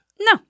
No